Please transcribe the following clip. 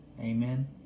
Amen